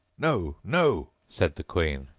no, no said the queen.